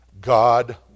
God